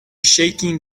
shaking